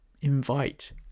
invite